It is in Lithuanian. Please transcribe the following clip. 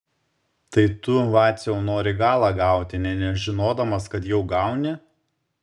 tai tu vaciau nori galą gauti nė nežinodamas kad jau gauni